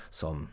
som